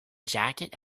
jacket